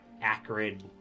acrid